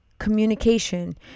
communication